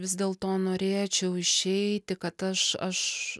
vis dėlto norėčiau išeiti kad aš aš